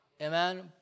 Amen